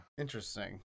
Interesting